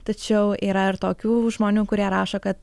tačiau yra ir tokių žmonių kurie rašo kad